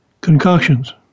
concoctions